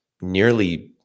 nearly